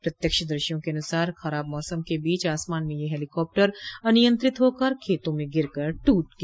प्रत्यक्षदर्शियों के अनुसार खराब मौसम के बीच आसमान में यह हेलीकाप्टर अनियंत्रित होकर खेतों में गिर कर टूट गया